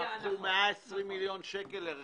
הם לקחו 120 מיליון שקל לרכישה.